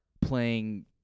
playing